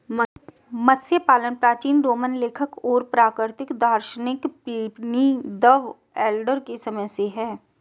मत्स्य पालन प्राचीन रोमन लेखक और प्राकृतिक दार्शनिक प्लिनी द एल्डर के समय से है